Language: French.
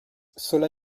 cela